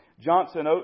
Johnson